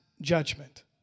judgment